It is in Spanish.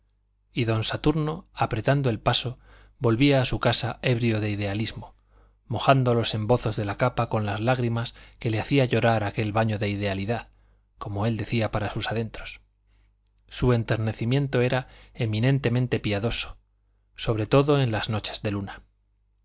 y don saturno apretando el paso volvía a su casa ebrio de idealismo mojando los embozos de la capa con las lágrimas que le hacía llorar aquel baño de idealidad como él decía para sus adentros su enternecimiento era eminentemente piadoso sobre todo en las noches de luna